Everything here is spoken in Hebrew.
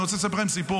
אני רוצה לספר לכם סיפור.